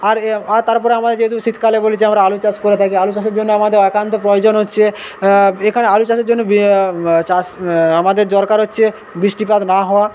আর আর তারপরে আমরা যেহেতু শীতকালে বলি যে আমরা আলু চাষ করে থাকি আলু চাষের জন্য আমাদের একান্ত প্রয়োজন হচ্ছে এখানে আলু চাষের জন্য চাষ আমাদের দরকার হচ্ছে বৃষ্টিপাত না হওয়া